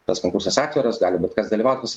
tas konkursas atviras gali bet kas dalyvaut kas